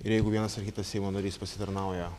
ir jeigu vienas ar kitas seimo narys pasitarnauja